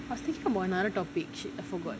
I was thinking about another topic shit I forgot